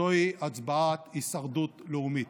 זוהי הצבעת הישרדות לאומית.